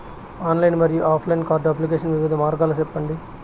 Online మరియు offline card application వివిధ మార్గాలు సెప్పండి?